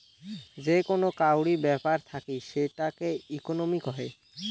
যে কোন কাউরি ব্যাপার থাকি সেটাকে ইকোনোমি কহে